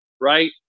right